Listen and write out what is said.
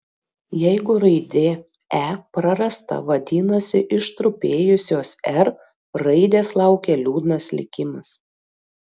jeigu raidė e prarasta vadinasi ištrupėjusios r raidės laukia liūdnas likimas